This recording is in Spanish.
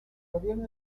gobierno